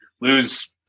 lose